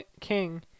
King